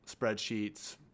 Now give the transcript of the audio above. spreadsheets